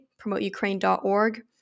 PromoteUkraine.org